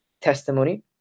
testimony